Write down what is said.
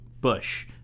Bush